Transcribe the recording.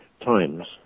times